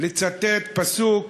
לצטט פסוק,